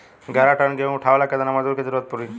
ग्यारह टन गेहूं उठावेला केतना मजदूर के जरुरत पूरी?